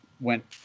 went